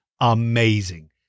amazing